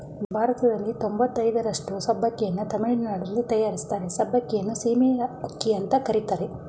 ಭಾರತದಲ್ಲಿ ತೊಂಬತಯ್ದರಷ್ಟು ಸಬ್ಬಕ್ಕಿನ ತಮಿಳುನಾಡಲ್ಲಿ ತಯಾರಿಸ್ತಾರೆ ಸಬ್ಬಕ್ಕಿಯನ್ನು ಸೀಮೆ ಅಕ್ಕಿ ಅಂತ ಕರೀತಾರೆ